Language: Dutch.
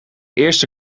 eerste